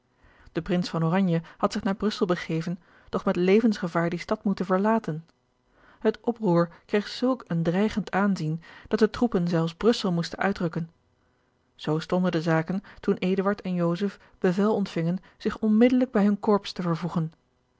de prins van oranje had zich naar brussel begeven doch met levensgevaar die stad moeten verlaten het oproer kreeg zulk een dreigend aanzien dat de troepen zelfs brussel moesten uitrukken zoo stonden de zaken toen eduard en joseph bevel ontvingen zich onmiddellijk bij hun korps te vervoegen